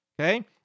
okay